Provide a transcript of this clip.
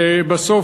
ובסוף,